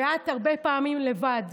ואת הרבה פעמים לבד,